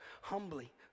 humbly